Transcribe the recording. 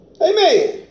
Amen